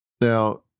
Now